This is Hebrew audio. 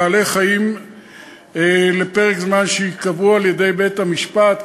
בעלי-חיים לפרק זמן שייקבע על-ידי בית-המשפט,